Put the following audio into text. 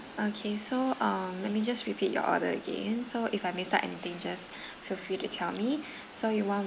okay so uh let me just repeat your order again so if I missed out anything just feel free to tell me so you want